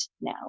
now